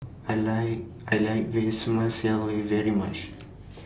I like I like Vermicelli very much